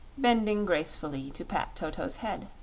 bending gracefully to pat toto's head.